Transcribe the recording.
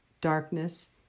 darkness